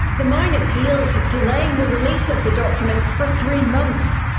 the mine appealed, delaying the release of the documents for three months.